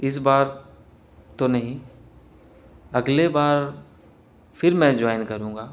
اس بار تو نہیں اگلے بار پھر میں جوائن کروں گا